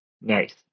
Nice